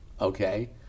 Okay